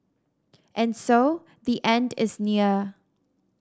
and so the end is near